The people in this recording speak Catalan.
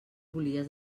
volies